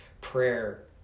Prayer